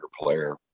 player